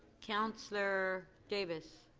counselor davis?